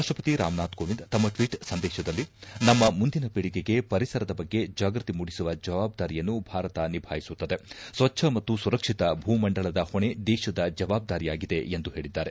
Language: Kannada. ರಾಷ್ಟಪತಿ ರಾಮ್ನಾಥ ಕೋವಿಂದ್ ತಮ್ಮ ಟ್ವೀಟ್ ಸಂದೇಶದಲ್ಲಿ ನಮ್ಮ ಮುಂದಿನ ಪೀಳಿಗೆಗೆ ಪರಿಸರದ ಬಗ್ಗೆ ಜಾಗೃತಿ ಮೂಡಿಸುವ ಜವಾಬ್ದಾರಿಯನ್ನು ಭಾರತ ನಿಭಾಯಿಸುತ್ತದೆ ಸ್ವಚ್ಛ ಮತ್ತು ಸುರಕ್ಷಿತ ಭೂಮಂಡಲದ ಹೊಣೆ ದೇಶದ ಜವಾಬ್ದಾರಿಯಾಗಿದೆ ಎಂದು ಹೇಳಿದ್ದಾರೆ